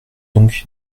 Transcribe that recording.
donc